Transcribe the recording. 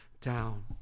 down